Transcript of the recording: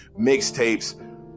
mixtapes